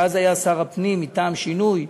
שאז היה שר הפנים מטעם שינוי,